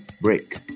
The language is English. break